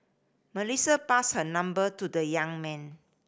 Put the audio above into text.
Melissa passed her number to the young man